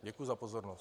Děkuji za pozornost.